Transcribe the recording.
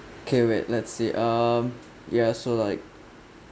okay wait let's say um ya so like